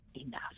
enough